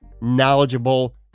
knowledgeable